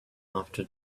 after